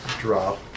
drop